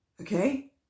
Okay